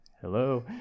Hello